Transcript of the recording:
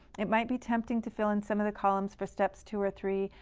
it might be tempting to fill in some of the columns for steps two or three,